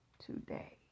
today